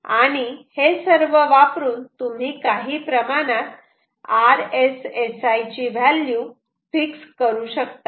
आणि हे सर्व वापरून तुम्ही काही प्रमाणात RSSI ची व्हॅल्यू फिक्स करू शकतात